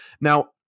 Now